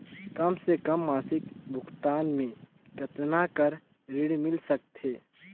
कम से कम मासिक भुगतान मे कतना कर ऋण मिल सकथे?